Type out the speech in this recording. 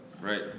right